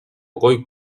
goi